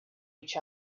each